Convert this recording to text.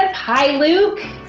and hi luke.